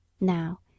Now